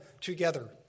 together